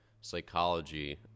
psychology